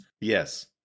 Yes